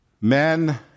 men